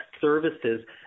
services